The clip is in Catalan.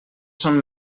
són